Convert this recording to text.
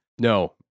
no